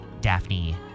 Daphne